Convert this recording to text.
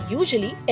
usually